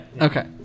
Okay